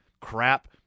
crap